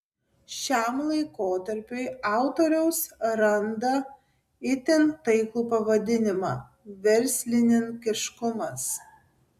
šiam laikotarpiui autoriaus randa itin taiklų pavadinimą verslininkiškumas